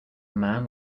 man